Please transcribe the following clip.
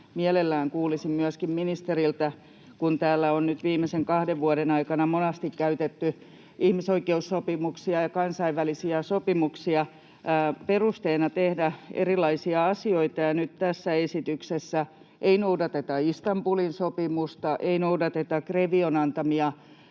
mielelläni kuulisin myöskin ministeriltä siitä, että vaikka täällä on nyt viimeisten kahden vuoden aikana monasti käytetty ihmisoikeussopimuksia ja kansainvälisiä sopimuksia perusteena tehdä erilaisia asioita, niin nyt tässä esityksessä ei noudateta Istanbulin sopimusta ja ei noudateta GREVIOn antamia